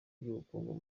ry’ubukungu